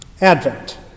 Advent